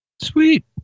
Sweet